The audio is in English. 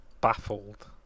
baffled